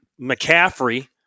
McCaffrey